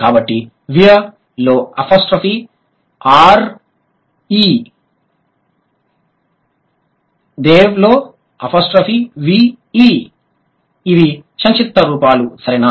కాబట్టి we're were లో apostrophe R E they've theyve లో అపోస్ట్రోఫీ వీ ఈ ఇవి సంక్షిప్త రూపాలు సరేనా